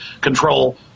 control